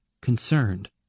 concerned